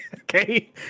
Okay